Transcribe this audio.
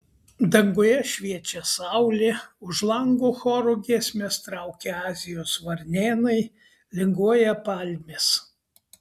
danguje šviečia saulė už lango choru giesmes traukia azijos varnėnai linguoja palmės